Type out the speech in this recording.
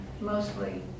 mostly